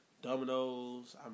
Dominoes